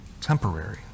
temporary